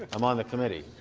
i'm on the committee.